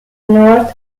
north